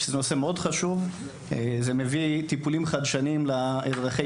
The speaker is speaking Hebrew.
שזה נושא מאוד חשוב כי הוא מביא טיפולים חדשניים לאזרחי